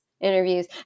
interviews